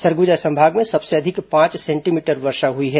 सरगुजा संभाग में सबसे अधिक पांच सेंटीमीटर वर्षा हई है